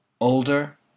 older